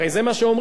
הרי זה מה שאומרים.